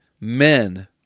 men